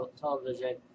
television